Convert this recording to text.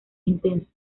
intenso